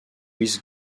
luis